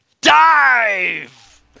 dive